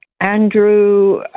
Andrew